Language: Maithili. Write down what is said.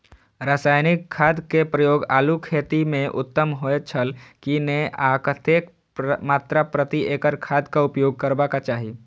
रासायनिक खाद के प्रयोग आलू खेती में उत्तम होय छल की नेय आ कतेक मात्रा प्रति एकड़ खादक उपयोग करबाक चाहि?